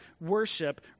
worship